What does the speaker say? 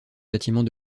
bâtiment